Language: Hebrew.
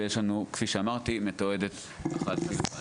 וכפי שאמרתי זה מתועד אחת לרבעון.